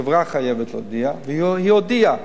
החברה חייבת להודיע, והיא הודיעה.